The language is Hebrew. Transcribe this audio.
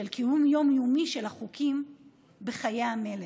של קיום יום-יומי של החוקים בחיי המלך.